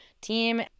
team